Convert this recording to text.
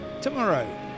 tomorrow